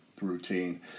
routine